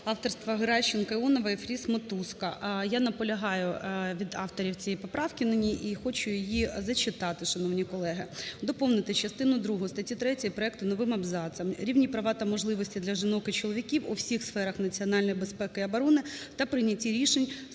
авторства Геращенко, Іонова, Фріз, Матузко. Я наполягаю від авторів цієї поправки на ній і хочу її зачитати, шановні колеги. Доповнити частину другу статті 3 проект новим абзацом: рівні права та можливості для жінок і чоловіків у всіх сферах національної безпеки і оборони та прийнятті рішень з